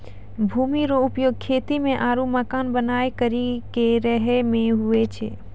भूमि रो उपयोग खेती मे आरु मकान बनाय करि के रहै मे हुवै छै